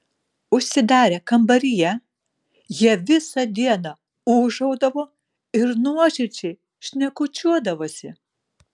užsidarę kambaryje jie visą dieną ūžaudavo ir nuoširdžiai šnekučiuodavosi